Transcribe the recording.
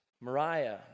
Mariah